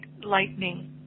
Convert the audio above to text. lightning